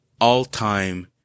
all-time